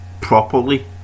properly